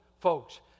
folks